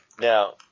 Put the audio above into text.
Now